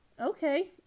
Okay